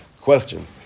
question